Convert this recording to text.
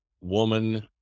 woman